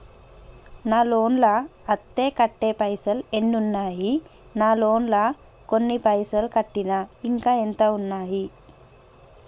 నా లోన్ లా అత్తే కట్టే పైసల్ ఎన్ని ఉన్నాయి నా లోన్ లా కొన్ని పైసల్ కట్టిన ఇంకా ఎంత ఉన్నాయి?